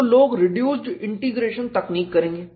तो लोग reduced integration तकनीक करेंगे